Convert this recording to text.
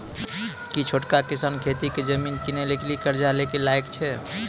कि छोटका किसान खेती के जमीन किनै लेली कर्जा लै के लायक छै?